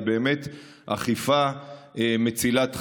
היא באמת אכיפה מצילת חיים.